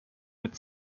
mit